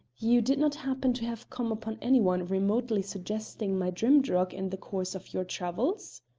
you did not happen to have come upon any one remotely suggesting my drimdarroch in the course of your travels?